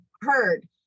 heard